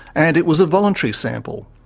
and it was a voluntary sample.